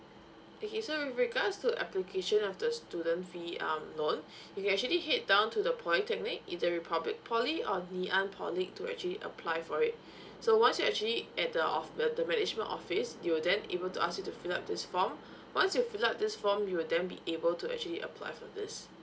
okay so with regards to application of the student fee um loan you can actually head down to the polytechnic either republic poly or nanyang poly to actually apply for it so once you actually at the off~ the the management office they will then able to ask you to fill up this form once you fill up this from you will then be able to actually apply for this